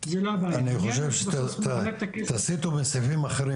זו לא הבעיה --- אני חושב שתסיטו בסעיפים אחרים,